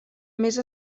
més